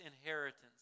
inheritance